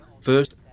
First